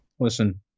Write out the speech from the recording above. Listen